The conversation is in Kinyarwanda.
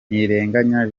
ntirenganya